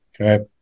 Okay